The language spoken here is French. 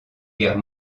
guerre